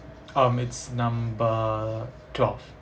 um it's number twelve